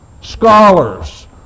scholars